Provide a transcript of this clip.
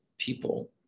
people